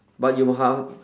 but you !huh!